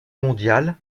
mondial